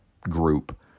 group